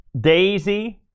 Daisy